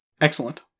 Excellent